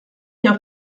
hier